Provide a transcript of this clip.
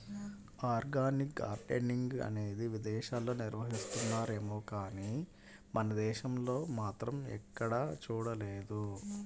organic gardening అనేది విదేశాల్లో నిర్వహిస్తున్నారేమో గానీ మన దేశంలో మాత్రం ఎక్కడా చూడలేదు